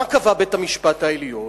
מה קבע בית-המשפט העליון?